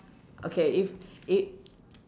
okay if i~